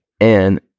and-